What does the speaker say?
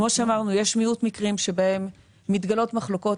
כמו שאמרנו, יש מיעוט מקרים שבהם מתגלעות מחלוקות.